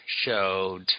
showed